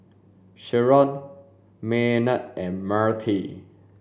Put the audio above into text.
Sheron Maynard and Myrtie